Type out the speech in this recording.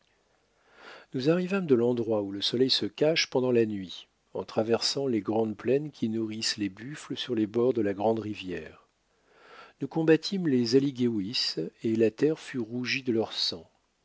nous arrivâmes de l'endroit où le soleil se cache pendant la nuit en traversant les grandes plaines qui nourrissent les buffles sur les bords de la grande rivière nous combattîmes les alligewis et la terre fut rougie de leur sang